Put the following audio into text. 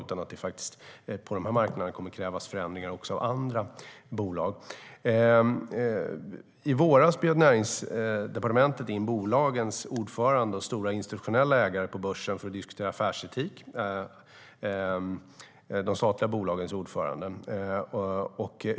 På dessa marknader kommer det att krävas förändringar också av andra bolag. I våras bjöd Näringsdepartementet in ordförandena i de stora institutionella ägarnas bolag på börsen för att diskutera affärsetik. Det var alltså ordförandena i de statliga bolagen.